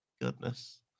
goodness